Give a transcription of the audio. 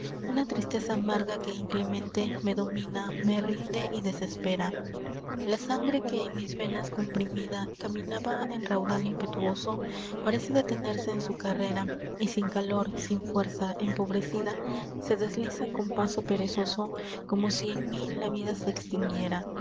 una tristeza amarga que inclemente me domina me rinde y desespera la sangre que en mis venas comprimida caminaba en raudal impetüoso parece detenerse en su carrera y sin calor sin fuerza empobrecida se desliza con paso perezoso como si en mí la vida se extinguiera